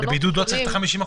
בבידוד לא צריך את ה-50%?